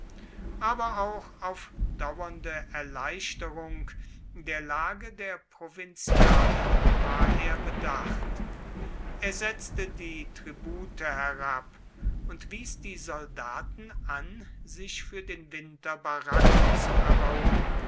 aber auch auf dauernde erleichterung der lage der provinzialen war er bedacht er setzte die tribute herab und wies die soldaten an sich für den winter baracken zu erbauen